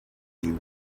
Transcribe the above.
you